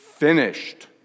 Finished